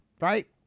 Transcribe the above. right